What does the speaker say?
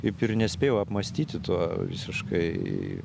kaip ir nespėjau apmąstyti to visiškai